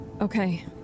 Okay